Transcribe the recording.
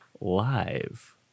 live